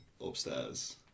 upstairs